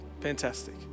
Fantastic